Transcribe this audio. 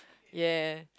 ya